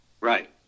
Right